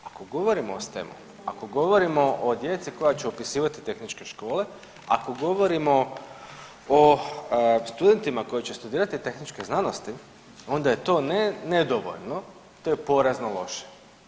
Ako govorimo o STEM-u, ako govorimo o djeci koja će upisivati tehničke škole, ako govorimo o studentima koji će studirati tehničke znanosti onda je to ne nedovoljno, to je porazno loše.